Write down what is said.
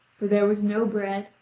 for there was no bread,